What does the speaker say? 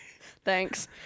Thanks